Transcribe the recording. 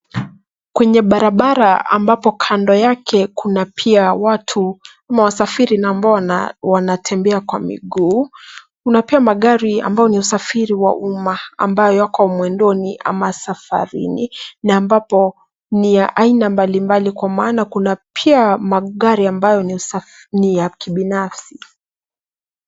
Kwenye barabara ambapo kando yake pia kuna watu au wasafiri na ambao wanatembea kwa miguu. Kuna pia magari ambayo ni usafiri wa umma ambayo yako mwendoni au safarini na ambapo ni ya aina mbali mbali kwa maana kuna pia magari ambayo ni ya kibinafsi.